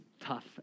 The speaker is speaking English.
tough